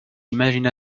imagina